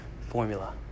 formula